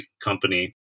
company